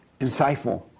insightful